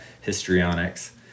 histrionics